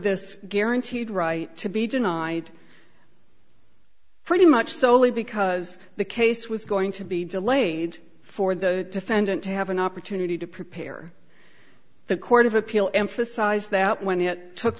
this guaranteed right to be denied pretty much solely because the case was going to be delayed for the defendant to have an opportunity to prepare the court of appeal emphasized that when it took